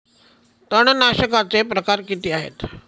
तणनाशकाचे प्रकार किती आहेत?